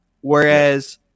Whereas